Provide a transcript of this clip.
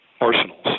arsenals